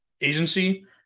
agency